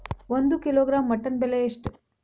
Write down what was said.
ಒಂದು kilogram mutton ಬೆಲೆ ಎಷ್ಟ್?